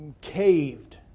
caved